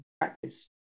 practice